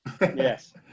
Yes